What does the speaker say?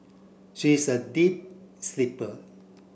she is a deep sleeper